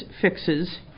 fixes